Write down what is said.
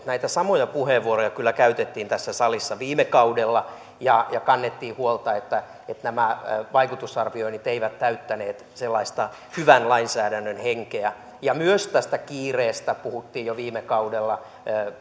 näitä samoja puheenvuoroja kyllä käytettiin tässä salissa viime kaudella ja kannettiin huolta että nämä vaikutusarvioinnit eivät täyttäneet sellaista hyvän lainsäädännön henkeä myös tästä kiireestä puhuttiin jo viime kaudella